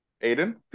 aiden